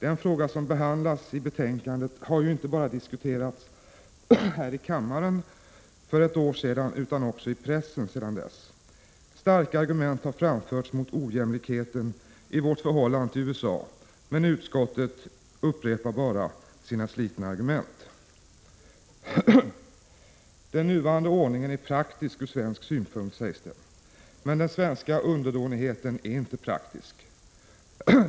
Den fråga som behandlas i betänkandet har ju inte bara diskuterats här i kammaren för ett år sedan utan den har också diskuterats i pressen sedan dess. Starka argument har framförts mot ojämlikheten i vårt förhållande till USA. Men utskottet upprepar bara sina slitna argument. Den nuvarande ordningen är praktisk ur svensk synpunkt, sägs det. Men den svenska underdånigheten är inte praktisk.